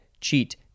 cheat